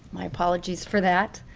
my apologies for that.